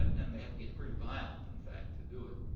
and they had to get pretty violent, in fact, to do it.